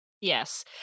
Yes